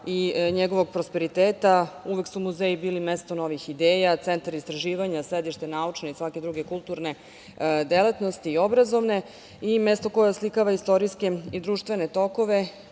i njegovog prosperiteta. Uvek su muzeji bili mesto novih ideja, centar istraživanja, sedište naučne i svake druge kulturne delatnosti, i obrazovne i mesto koje oslikava istorijske i društvene tokove,